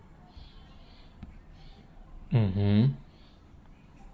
mmhmm